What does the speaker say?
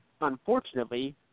unfortunately